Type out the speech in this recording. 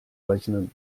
rechnen